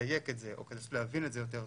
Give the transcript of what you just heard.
לדייק את זה או כדי לנסות להבין את זה יותר טוב,